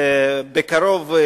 בקרוב,